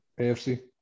AFC